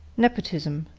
nepotism,